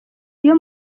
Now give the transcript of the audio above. iyo